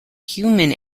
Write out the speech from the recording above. human